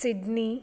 Sydney